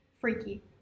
Freaky